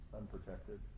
unprotected